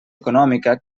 econòmica